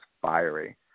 fiery